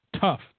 tough